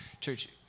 Church